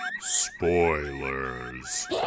Spoilers